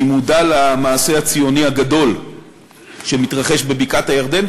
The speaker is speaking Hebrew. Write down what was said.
אני מודע למעשה הציוני הגדול שמתרחש בבקעת-הירדן,